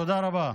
תודה רבה.